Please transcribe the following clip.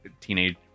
teenage